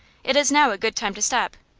it is now a good time to stop.